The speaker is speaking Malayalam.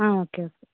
ആ ഓക്കെ ഓക്കെ